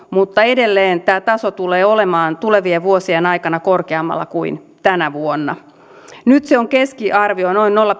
mutta edelleen tämä taso tulee olemaan tulevien vuosien aikana korkeammalla kuin tänä vuonna nyt sen keskiarvo on noin nolla